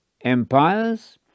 empires